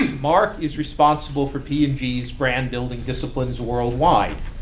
marc is responsible for p and g's brand-building disciplines worldwide.